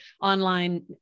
online